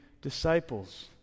disciples